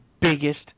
biggest